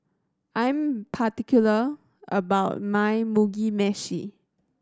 I'm particular about my Mugi Meshi